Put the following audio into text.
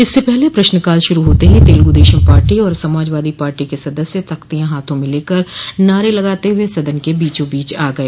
इससे पहले प्रश्नकाल शुरू होते ही तेलुगुदेशम पार्टी और समाजवादी पार्टी के सदस्या तख्तियां हाथों में लेकर नारे लगाते हुए सदन के बीचों बीच आ गए